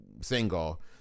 single